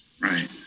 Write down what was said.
Right